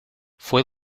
fue